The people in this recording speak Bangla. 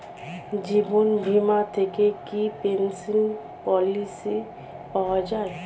জীবন বীমা থেকে কি পেনশন পলিসি পাওয়া যায়?